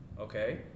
okay